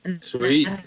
sweet